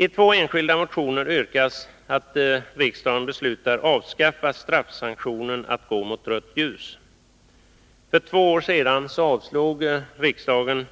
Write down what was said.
I två enskilda motioner yrkas att riksdagen beslutar avskaffa straffsanktionen vid gående mot rött ljus. För två år sedan avslog riksdagen